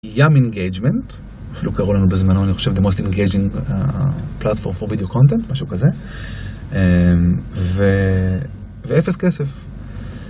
ים אינגייג'מנט, אפילו קראו לנו בזמנו, אני חושב, the most engaging platform for video content, משהו כזה. ו... ואפס כסף.